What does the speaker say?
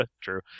True